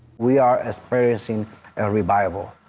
we are experiencing revival,